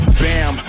bam